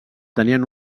tenien